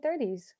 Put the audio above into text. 1930s